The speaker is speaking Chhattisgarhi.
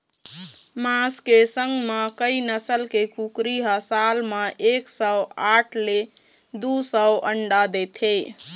मांस के संग म कइ नसल के कुकरी ह साल म एक सौ साठ ले दू सौ अंडा देथे